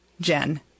Jen